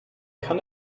kann